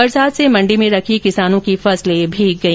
बरसात से मंडी में रखी किसानों की फसल भीग गई